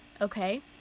Okay